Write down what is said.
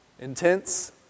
Intense